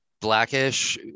blackish